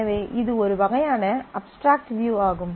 எனவே இது ஒரு வகையான அப்ஸ்ட்ராக்ட் வியூ ஆகும்